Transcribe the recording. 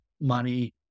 money